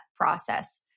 process